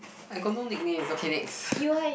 I got no nicknames okay next